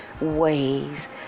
ways